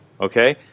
okay